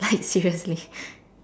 like seriously